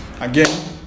again